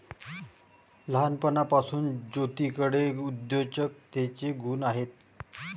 लहानपणापासून ज्योतीकडे उद्योजकतेचे गुण आहेत